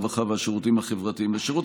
הרווחה והשירותים החברתיים: לשירות